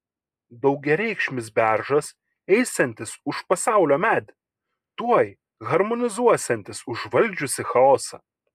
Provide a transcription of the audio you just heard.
daugiareikšmis beržas eisiantis už pasaulio medį tuoj harmonizuosiantis užvaldžiusį chaosą